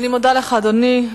אני מודה לך, אדוני.